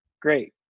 Great